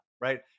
right